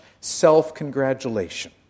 self-congratulation